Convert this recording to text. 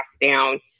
down